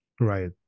Right